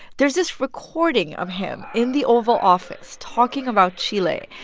there's this recording of him in the oval office talking about chile.